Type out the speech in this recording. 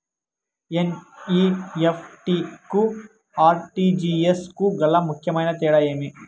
NEFT కు RTGS కు గల ముఖ్యమైన తేడా ఏమి?